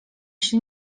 się